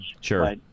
Sure